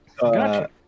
Gotcha